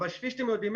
אבל כפי שאתם יודעים,